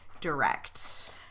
direct